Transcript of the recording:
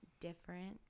different